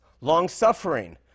long-suffering